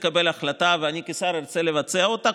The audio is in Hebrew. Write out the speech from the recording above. תקבל החלטה ואני כשר ארצה לבצע אותה,